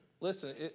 Listen